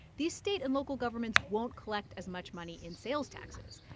these state and local governments won't collect as much money in sales taxes.